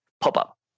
pop-up